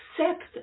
accept